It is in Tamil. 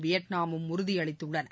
வியட்நாமும் உறுதி அளித்துள்ளன